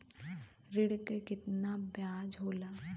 ऋण के कितना ब्याज होला?